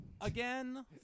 Again